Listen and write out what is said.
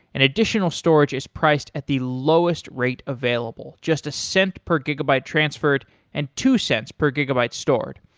and additional storage is priced at the lowest rate available, just a cent per gigabyte transferred and two cents per gigabyte stored.